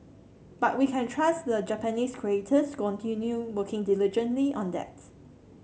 but we can trust the Japanese creators continue working diligently on that